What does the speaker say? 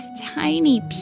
tiny